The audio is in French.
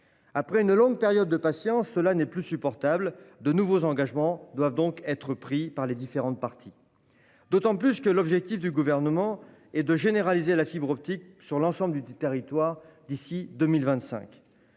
Après une longue période de patience, cette situation n'est plus supportable : de nouveaux engagements doivent être pris par les différentes parties, et ce d'autant plus que l'objectif du Gouvernement est de généraliser la fibre optique sur l'ensemble du territoire d'ici à 2025.